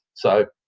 so,